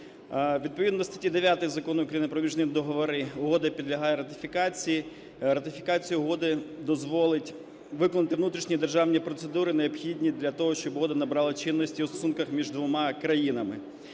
Відповідно до статті 9 Закону України про міжнародні договори угода підлягає ратифікації. Ратифікація угоди дозволить виконати внутрішні державні процедури, необхідні для того, щоб угода набрала чинності в стосунках між двома країнами.